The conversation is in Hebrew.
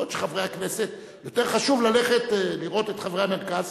יכול להיות שלחברי הכנסת יותר חשוב ללכת לראות את חברי המרכז.